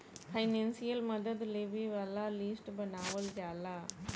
financial मदद लेबे वाला लिस्ट बनावल जाला